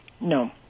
No